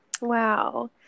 Wow